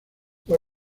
fue